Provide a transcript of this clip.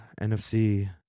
NFC